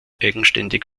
eigenständig